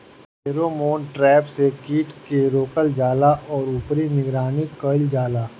Pheromone trap से कीट के रोकल जाला और ऊपर निगरानी कइल जाला?